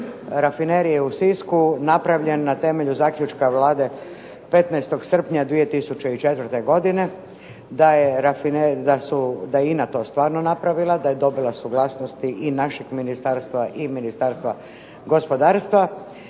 Rafinerije u Sisku napravljen na temelju zaključka Vlade 15. srpnja 2004. godine, da je INA stvarno to napravila, da je dobila suglasnosti i našeg ministarstva i Ministarstva gospodarstva,